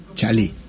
Charlie